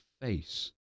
face